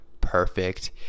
perfect